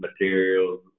materials